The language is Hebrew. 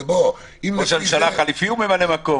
ראש הממשלה החליפי הוא ממלא מקום.